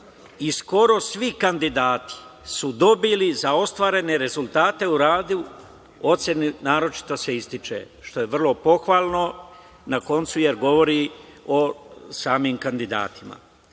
i skoro svi kandidati su dobili za ostvarene rezultate u radu ocene „naročito se ističe“ što je vrlo pohvalno na kraju, jer govori o samim kandidatima. Nadalje,